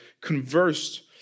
conversed